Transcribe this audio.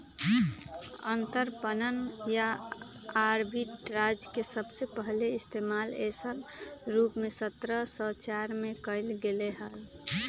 अंतरपणन या आर्बिट्राज के सबसे पहले इश्तेमाल ऐसन रूप में सत्रह सौ चार में कइल गैले हल